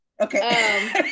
Okay